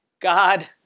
God